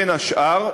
בין השאר,